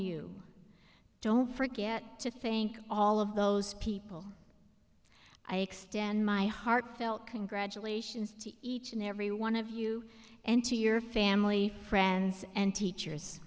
you don't forget to thank all of those people i extend my heartfelt congratulations to each and every one of you and to your family friends and